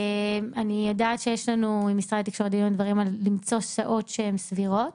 אני יודעת שיש לנו עם משרד התקשורת דין ודברים למצוא שעות שהן סבירות.